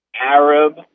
Arab